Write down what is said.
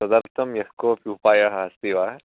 तदर्थं यत् कोऽपि उपायः अस्ति वा